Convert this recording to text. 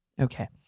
Okay